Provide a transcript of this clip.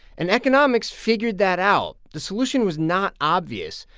and economics figured that out. the solution was not obvious.